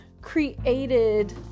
created